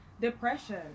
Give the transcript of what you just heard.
depression